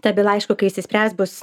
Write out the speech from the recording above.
ta byla aišku kai išsispręs bus